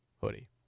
hoodie